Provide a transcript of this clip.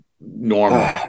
normal